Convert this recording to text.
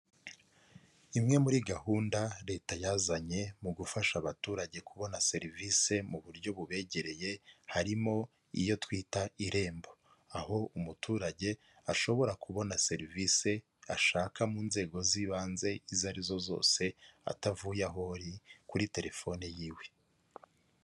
Imwe muri gahunda leta yazanye mu gufasha abaturage kubona serivisi muburyo bubegereye, harimo iyo twita irembo. Aho umuturage ashobora kubona serivisi ashaka mu nzego z'ibanze izo ari zo zose atavuye aho ari kuri telefoni y'iwe.